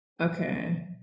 Okay